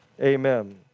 Amen